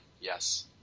yes